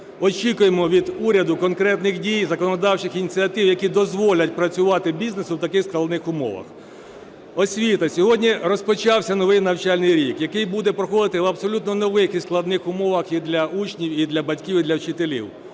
очікуємо від уряду конкретних дій і законодавчих ініціатив, які дозволять працювати бізнесу в таких складних умовах. Освіта. Сьогодні розпочався новий навчальний рік, який буде проходити в абсолютно нових і складних умовах і для учнів, і для батьків, і для вчителів.